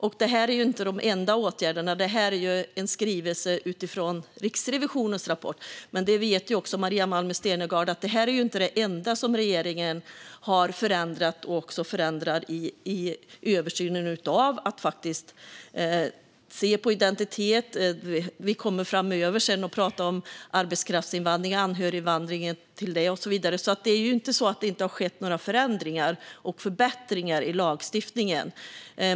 Och det är inte de enda åtgärderna, utan det är en skrivelse utifrån Riksrevisionens rapport. Maria Malmer Stenergard vet också att det inte är det enda som regeringen har förändrat och förändrar i översynen av att se på identitet. Vi kommer framöver att prata om arbetskraftsinvandring, anhöriginvandring och så vidare, så det är inte så att det inte har skett några förändringar eller förbättringar i lagstiftningen.